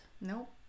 Nope